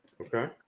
Okay